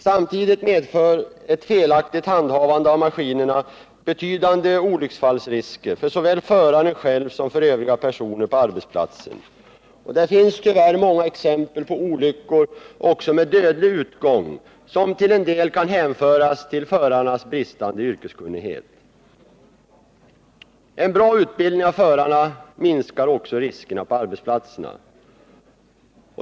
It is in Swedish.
Samtidigt medför ett felaktigt handhavande av maskinerna betydande olycksfallrisker såväl för föraren själv som för övriga personer på arbetsplatsen. Det finns tyvärr många exempel på olyckor, också med dödlig utgång, som till en del kan hänföras till förarens bristande yrkeskunnighet. En bra utbildning av förarna minskar alltså riskerna på arbetsplatserna.